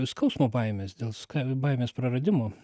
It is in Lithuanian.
skausmo baimės dėl baimės praradimo